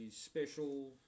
special